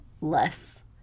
less